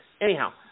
Anyhow